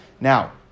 Now